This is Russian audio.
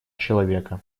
человека